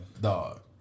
dog